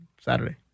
Saturday